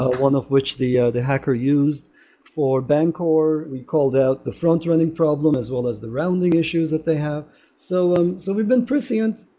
one of which the ah the hacker used for bancor, we called out the front running problem, as well as the rounding issues that they have so um so we've been pursuant,